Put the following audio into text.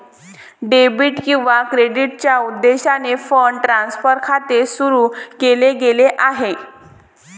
debit किंवा क्रेडिटच्या उद्देशाने फंड ट्रान्सफर खाते सुरू केले गेले आहे